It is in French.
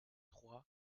trois